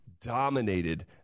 dominated